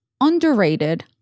underrated